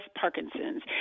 Parkinson's